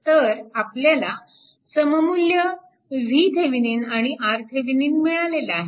तर आपल्याला सममुल्य VThevenin आणि RThevenin मिळालेला आहे